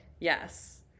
Yes